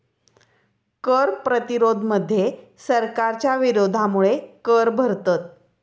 कर प्रतिरोध मध्ये सरकारच्या विरोधामुळे कर भरतत